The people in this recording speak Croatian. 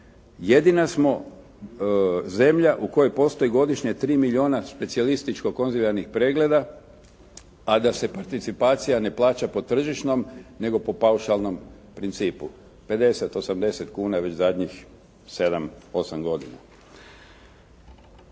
Jedina smo zemlja u kojoj postoji godišnje 3 milijuna specijalističko-konzilijarnih pregleda, a da se participacija ne plaća po tržišnom, nego po paušalnom principu. 50, 80 kuna je već zadnjih 7, 8 godina.